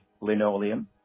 linoleum